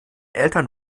eltern